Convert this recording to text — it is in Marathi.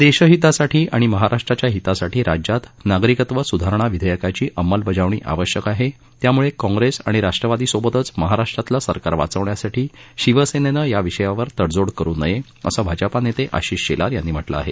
देशहितासाठी आणि महाराष्ट्राच्या हितासाठी राज्यात नागरिकत्व सुधारणा विधेयकाची अंमलबजावणी आवश्यक आहे त्यामुळे काँप्रेस आणि राष्ट्रवादीसोबतच महाराष्ट्रातील सरकार वाचवण्यासाठी शिवसेनेनं या विषयावर तडजोड करू नये असं भाजपा नेते आशिष शेलार यांनी म्हटलं आहे